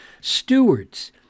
stewards